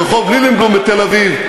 ברחוב לילינבלום בתל-אביב.